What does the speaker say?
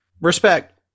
respect